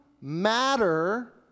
matter